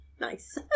nice